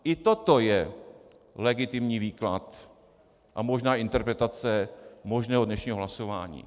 I toto je legitimní výklad a možná interpretace možného dnešního hlasování.